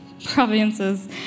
Provinces